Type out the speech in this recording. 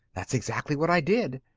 that's exactly what i did.